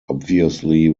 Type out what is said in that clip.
obviously